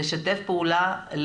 לשתף פעולה,